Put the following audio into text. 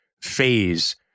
phase